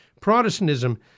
Protestantism